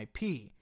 IP